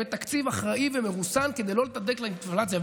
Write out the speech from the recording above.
בתקציב אחראי ומרוסן כדי לא לתדלק את האינפלציה,